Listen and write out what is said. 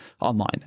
online